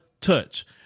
touch